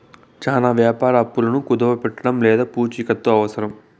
చానా వ్యాపార అప్పులను కుదవపెట్టడం లేదా పూచికత్తు అవసరం